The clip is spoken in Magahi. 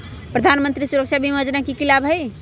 प्रधानमंत्री सुरक्षा बीमा योजना के की लाभ हई?